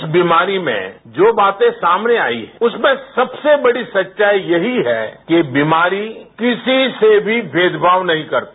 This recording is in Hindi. इस बीमारी में जो बातें सामने आयीं है उसमें सबसे बड़ी सच्चाई यही है कि बीमारी किसी से भी भेदभाव नहीं करती